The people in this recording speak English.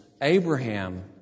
Abraham